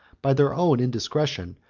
by their own indiscretion,